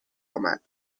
آمد